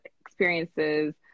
experiences